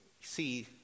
see